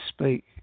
speak